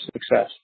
success